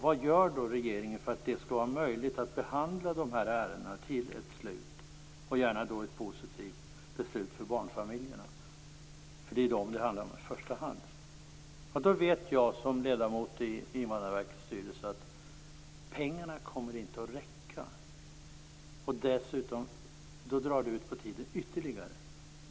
Vad gör regeringen för att det skall vara möjligt att behandla ärendena till ett slut - och då gärna till ett positivt beslut för barnfamiljerna? Det är ju barnfamiljerna det i första hand handlar om. Då vet jag, som ledamot i Invandrarverkets styrelse, att pengarna inte kommer att räcka. Då drar det ut på tiden ytterligare.